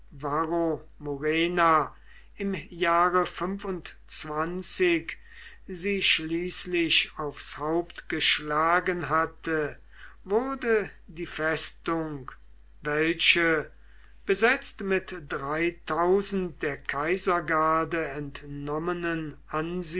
murena im jahre sie schließlich aufs haupt geschlagen hatte wurde die festung welche besetzt mit dreitausend der kaisergarde entnommenen